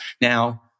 Now